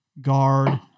guard